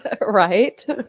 Right